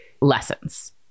lessons